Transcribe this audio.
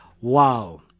wow